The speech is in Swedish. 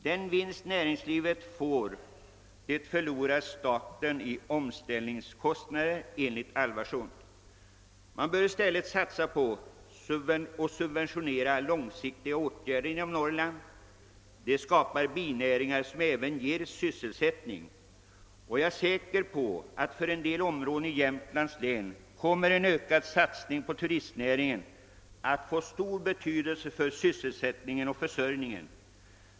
Den vinst som näringslivet får förlorar staten i omställningskostnader, enligt Alvarsson. Man bör i stället subventionera långsiktiga åtgärder i Norrland; det skapar binäringar som också ger sysselsättning. För en del områden i Jämtlands län kommer en ökad satsning på turistnäringen säkerligen att få stor betydelse för sysselsättningen.